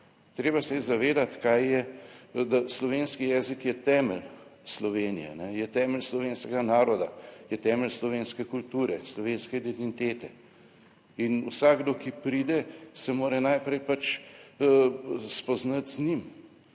Treba se je zavedati kaj je, da slovenski jezik je temelj Slovenije, je temelj slovenskega naroda, je temelj slovenske kulture, slovenske identitete in vsakdo, ki pride, se mora najprej spoznati z njim,